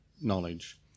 knowledge